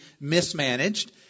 mismanaged